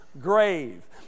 grave